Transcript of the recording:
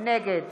נגד